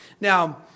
Now